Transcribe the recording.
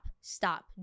stop